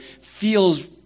feels